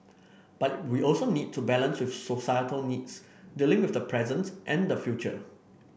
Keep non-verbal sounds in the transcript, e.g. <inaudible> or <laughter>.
but we <unintelligible> also need to balance with societal needs dealing with the present and the future